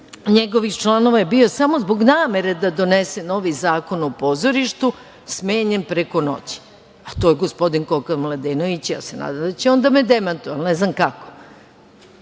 njegovih članova je bio samo zbog namere da donese novi zakon o pozorištu smenjen preko noći. To je gospodin Koka Mladenović, ja se nadam da će on da me demantuje, ali ne znam kako. Eto,